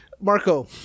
Marco